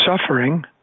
suffering